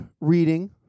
reading